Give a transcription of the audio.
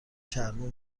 چرمی